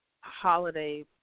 holiday